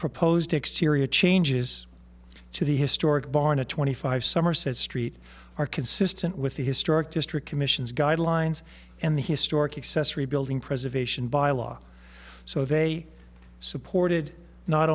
proposed exterior changes to the historic barn a twenty five somerset street are consistent with the historic district commission's guidelines and the historic accessory building preservation by law so they supported not